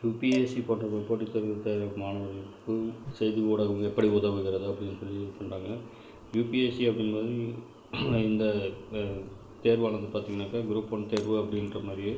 UPSC போன்ற போட்டி தேர்வுகளுக்கு தயாராகும் மாணவர்களுக்கு செய்தி ஊடகம் எப்படி உதவுகிறது அப்படின்னு சொல்லி இது பண்ணுறாங்க யூபிஎஸ்சி அப்படின்றது இந்த தேர்வானது பார்த்திங்கனாக்கா க்ரூப் ஒன் தேர்வு அப்படின்ற மாதிரியே